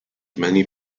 many